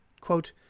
Quote